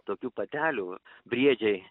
tokių patelių briedžiai